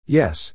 yes